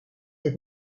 het